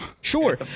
Sure